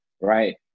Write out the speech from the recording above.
Right